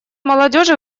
молодежи